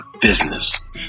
business